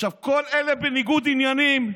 עכשיו כל אלה בניגוד עניינים.